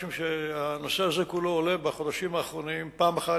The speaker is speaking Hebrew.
משום שהנושא הזה כולו עולה בחודשים האחרונים: פעם אחת,